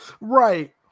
Right